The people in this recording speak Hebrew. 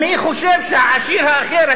מי חושב שהעשיר האחר,